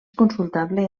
consultable